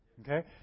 Okay